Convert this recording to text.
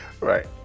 Right